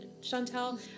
Chantel